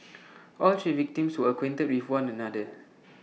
all three victims were acquainted with one another